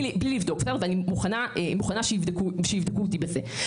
ואני מוכנה שיבדקו אותי בזה.